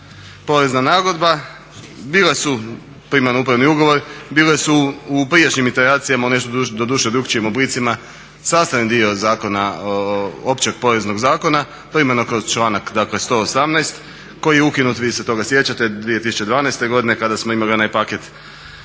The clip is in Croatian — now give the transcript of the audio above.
porezna nagodba bile su primarno upravni ugovor, bile su u prijašnjim interakcijama u nešto doduše drukčijim oblicima sastavni dio zakona, Općeg poreznog zakona primarno kroz članak dakle 118. koji je ukinut vi se toga sjećate 2012. godine kada smo imali onaj paket